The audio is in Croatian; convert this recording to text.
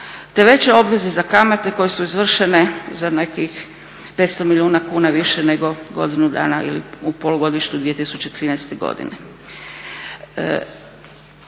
te veće obveze za kamate koje su izvršene za nekih 500 milijuna kuna više nego godinu dana ili u polugodištu 2013.godine.